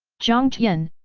jiang tian,